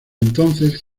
entonces